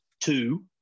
two